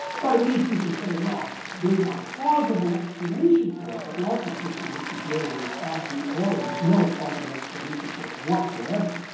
but at least you can say there's a plausible explanation for it, but lots of situations where there's absolute horror, there's no plausible explanation for whatsoever.